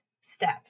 step